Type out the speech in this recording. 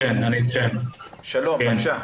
בבקשה.